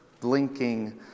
blinking